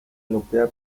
nuclear